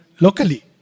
locally